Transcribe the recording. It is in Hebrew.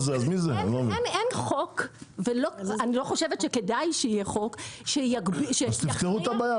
אין חוק ואני לא חושבת שכדאי שיהיה חוק ש --- אז תפתרו את הבעיה,